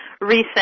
recent